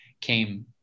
came